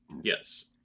Yes